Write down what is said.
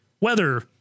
Weather